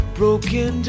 broken